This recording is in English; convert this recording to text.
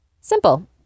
Simple